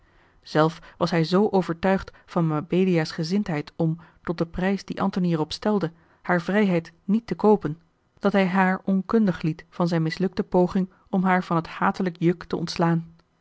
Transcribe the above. zelf was hij z overtuigd van mabelia's gezindheid om tot den prijs dien antony er op stelde hare vrijheid niet te koopen dat hij haar onkundig liet van zijne mislukte poging om haar van het hatelijk juk te ontslaan